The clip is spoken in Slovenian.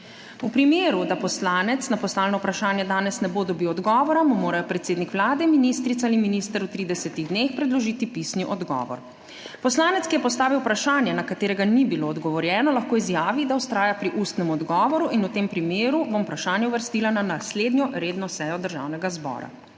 V primeru, da poslanec na postavljeno vprašanje danes ne bo dobil odgovora, mu morajo predsednik Vlade, ministrica ali minister v 30 dneh predložiti pisni odgovor. Poslanec, ki je postavil vprašanje, na katerega ni bilo odgovorjeno, lahko izjavi, da vztraja pri ustnem odgovoru, in v tem primeru bom vprašanje uvrstila na naslednjo redno sejo Državnega zbora.